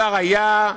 השר היה,